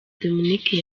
dominique